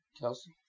Kelsey